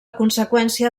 conseqüència